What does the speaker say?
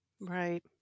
Right